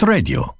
Radio